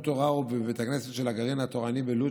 התורה ובבית הכנסת של הגרעין התורני בלוד,